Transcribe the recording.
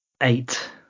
Eight